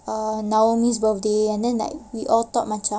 uh naomi's birthday and then like we all thought macam